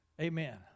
Amen